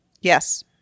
Yes